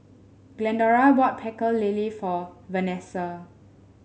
Glendora bought Pecel Lele for Vanesa